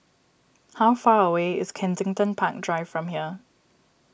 how far away is Kensington Park Drive from here